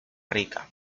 rica